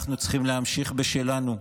אנחנו צריכים להמשיך בשלנו,